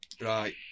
right